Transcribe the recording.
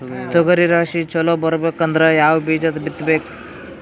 ತೊಗರಿ ರಾಶಿ ಚಲೋ ಬರಬೇಕಂದ್ರ ಯಾವ ಬೀಜ ಬಿತ್ತಬೇಕು?